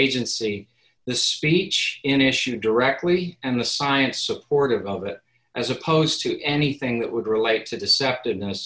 agency the speech in issue directly and the science supportive of it as opposed to anything that would relate d to deceptiveness